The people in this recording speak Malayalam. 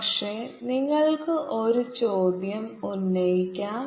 പക്ഷേ നിങ്ങൾക്ക് ഒരു ചോദ്യം ഉന്നയിക്കാം